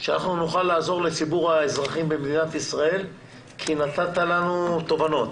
כדי שנוכל לעזור לציבור האזרחים במדינת ישראל כי נתת לנו תובנות.